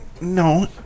no